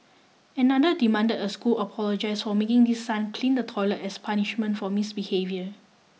another demanded a school apologise for making his son clean the toilet as punishment for misbehaviour